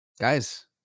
Guys